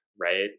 right